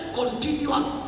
continuous